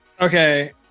Okay